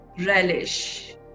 relish